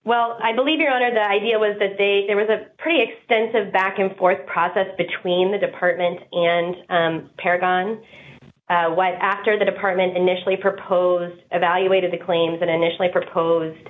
well i believe your honor the idea was that they there was a pretty extensive back and forth process between the department and paragon was after the department initially proposed evaluated the claims and initially proposed